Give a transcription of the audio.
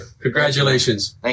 Congratulations